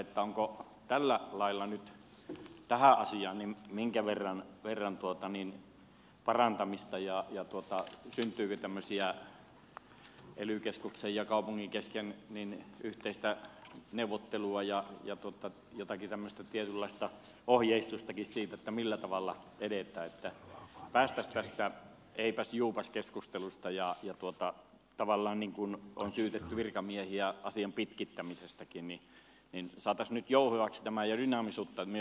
minkä verran tällä lailla on nyt tähän asti ja niin minkä verran asiaan parantamista ja syntyykö tämmöistä ely keskuksen ja kaupungin keskeistä yhteistä neuvottelua ja jotakin tämmöistä tietynlaista ohjeistustakin siitä millä tavalla edetään että päästäisiin tästä eipäsjuupas keskustelusta ja tavallaan kun on syytetty virkamiehiä asian pitkittämisestäkin saataisiin nyt jouhevaksi tämä ja dynaamisuutta myös tähän kaavoitustoimintaan